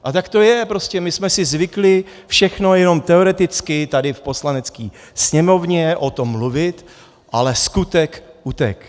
A tak to je prostě, my jsme si zvykli všechno jenom teoreticky tady v Poslanecké sněmovně o tom mluvit, ale skutek utek.